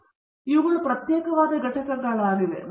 ಆದ್ದರಿಂದ ಇವುಗಳು ಪ್ರತ್ಯೇಕವಾದ ಘಟಕಗಳಾಗಿವೆ